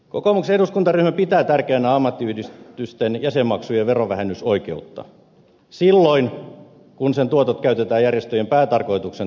kokoomuksen eduskuntaryhmä pitää tärkeänä ammattiyhdistysten jäsenmaksujen verovähennysoikeutta silloin kun niiden tuotot käytetään järjestöjen päätarkoituksen toteuttamiseen